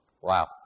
Wow